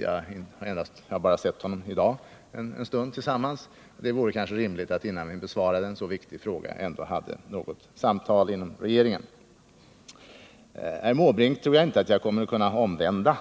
Jag har bara sett honom en stund i dag, och det vore kanske rimligt att vi, innan jag besvarar en så viktig fråga, ändå hade något samtal inom regeringen. Bertil Måbrink tror jag inte att jag kommer att kunna omvända